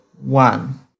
one